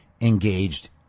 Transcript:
engaged